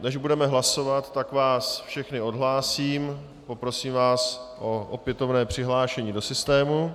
Než budeme hlasovat, tak vás všechny odhlásím, poprosím vás o opětovné přihlášení do systému.